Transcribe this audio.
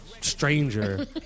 stranger